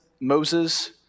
Moses